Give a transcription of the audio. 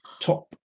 top